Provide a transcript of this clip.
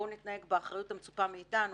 בואו נתנהג באחריות המצופה מאיתנו,